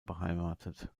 beheimatet